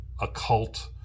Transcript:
Occult